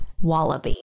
Wallaby